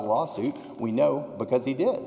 lawsuit we know because he did